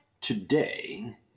today